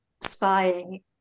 spying